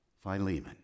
Philemon